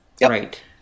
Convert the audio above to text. Right